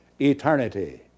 eternity